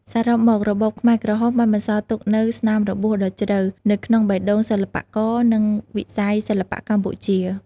សរុបមក របបខ្មែរក្រហមបានបន្សល់ទុកនូវ ស្នាមរបួសដ៏ជ្រៅ នៅក្នុងបេះដូងសិល្បករ និងវិស័យសិល្បៈកម្ពុជា។